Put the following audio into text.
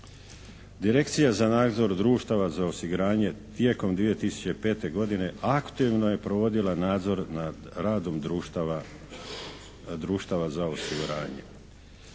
Direkcija za nadzor društava za osiguranje tijekom 2005. godine aktivno je provodila nadzor nad radom društava, društava za osiguranje.